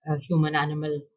human-animal